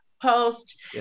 post